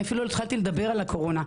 אני אפילו לא התחלתי לדבר על הקורונה.